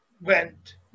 went